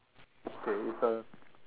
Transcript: okay it's a